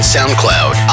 SoundCloud